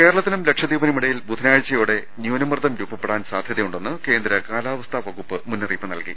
കേരളത്തിനും ലക്ഷദ്വീപിനുമിടയിൽ ബുധനാഴ്ച്ചയോടെ ന്യൂന മർദ്ദം രൂപപ്പെടാൻ സാധ്യതയുണ്ടെന്ന് കേന്ദ്ര കാലാവസ്ഥാ വകുപ്പ് മുന്നറിയിപ്പ് നൽകി